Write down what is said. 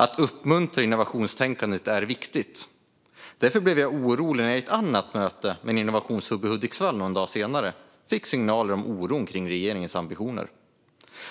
Att uppmuntra innovationstänkandet är viktigt. Därför blev jag orolig när jag vid ett annat möte någon dag senare med en innovationshubb i Hudiksvall fick signaler om oro kring regeringens ambitioner.